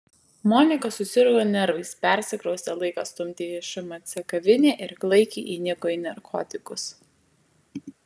monika susirgo nervais persikraustė laiką stumti į šmc kavinę ir klaikiai įniko į narkotikus